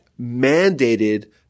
mandated